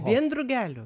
vien drugelių